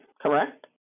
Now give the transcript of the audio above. correct